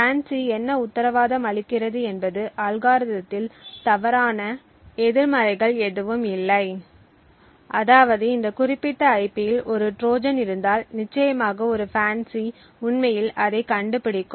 FANCI என்ன உத்தரவாதம் அளிக்கிறது என்பது அல்காரிதத்தில் தவறான எதிர்மறைகள் எதுவும் இல்லை அதாவது இந்த குறிப்பிட்ட ஐபியில் ஒரு ட்ரோஜன் இருந்தால் நிச்சயமாக ஒரு FANCI உண்மையில் அதைக் கண்டுபிடிக்கும்